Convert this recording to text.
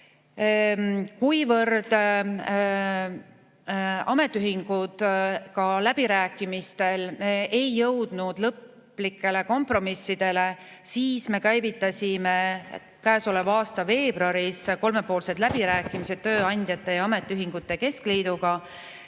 Kuivõrd ametiühingud ei jõudnud ka läbirääkimistel lõplikele kompromissidele, siis me käivitasime käesoleva aasta veebruaris kolmepoolsed läbirääkimised tööandjate ja ametiühingute keskliiduga.